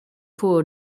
poor